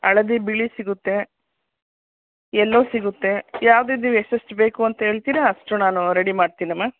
ಹಳದಿ ಬಿಳಿ ಸಿಗುತ್ತೆ ಎಲ್ಲೋ ಸಿಗುತ್ತೆ ಯಾವ್ದು ಯಾವ್ದು ನೀವು ಎಷ್ಟೆಷ್ಟು ಬೇಕು ಅಂತ ಹೇಳ್ತೀರ ಅಷ್ಟು ನಾನು ರೆಡಿ ಮಾಡ್ತೀನಮ್ಮ